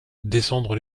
descendre